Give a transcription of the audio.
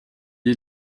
est